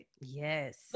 Yes